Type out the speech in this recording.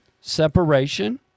separation